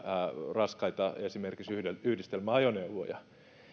esimerkiksi raskaita yhdistelmäajoneuvoja